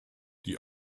die